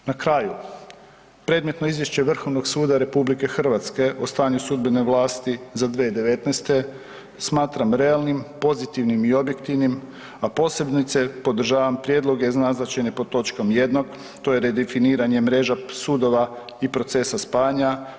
Na kraju predmetno Izvješće Vrhovnog suda RH o stanju sudbene vlasti za 2019. smatram realnim, pozitivnim i objektivnim a posebice podržavam prijedloge naznačene pod točkom jedan to je redefiniranje mreža sudova i procesa spajanja.